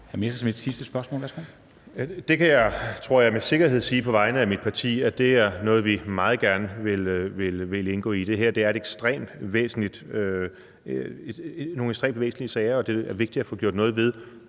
Kl. 13:08 Morten Messerschmidt (DF): Det kan jeg med sikkerhed, tror jeg, på vegne af mit parti sige er noget, vi meget gerne vil indgå i. Det her er nogle ekstremt væsentlige sager, og det er vigtigt at få gjort noget ved